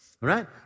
right